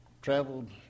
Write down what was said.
Traveled